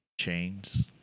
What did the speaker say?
Chains